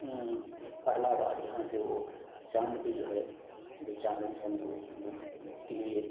पहला बार यहाँ से वे चाँद पर जो है चाँद मिसन को किये